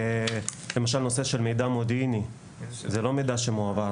למשל, מידע מודיעיני זה לא מידע שמועבר